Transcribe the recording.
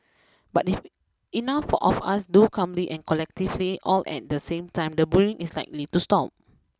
but if enough of us do calmly and collectively all at the same time the bullying is likely to stop